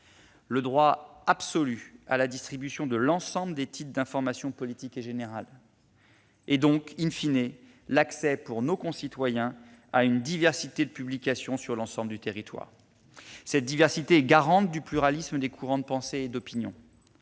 le droit absolu à la distribution de l'ensemble des titres d'information politique et générale et donc,, l'accès pour nos concitoyens à une diversité de publications sur l'ensemble du territoire. Cette diversité est garante du pluralisme des courants de pensée et d'opinion.